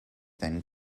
than